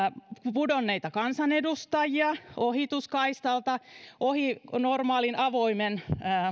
pudonneita kansanedustajia ohituskaistalta ohi normaalin avoimen